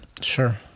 sure